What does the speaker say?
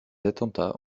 attentats